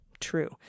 true